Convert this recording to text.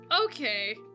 okay